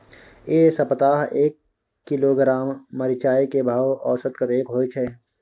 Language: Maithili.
ऐ सप्ताह एक किलोग्राम मिर्चाय के भाव औसत कतेक होय छै?